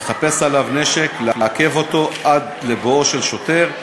לחפש עליו נשק ולעכב אותו עד לבואו של שוטר,